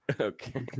Okay